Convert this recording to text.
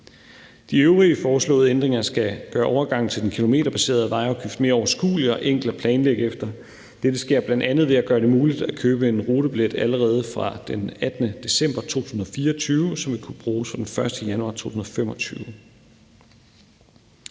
De øvrige foreslåede ændringer skal gøre overgangen til den kilometerbaserede vejafgift mere overskuelig og enkel at planlægge efter. Dette sker ved bl.a. at gøre det muligt at købe en rutebillet allerede fra den 18. december 2024, som vil kunne bruges fra den 1. januar 2025.